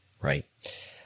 right